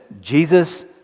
Jesus